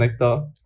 connector